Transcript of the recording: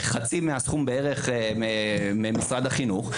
חצי מהסכום בערך ממשרד החינוך,